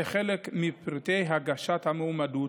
כחלק מפרטי הגשת המועמדות,